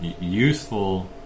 useful